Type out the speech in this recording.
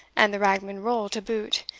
and the ragman-roll to boot,